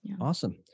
Awesome